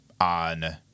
on